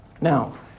Now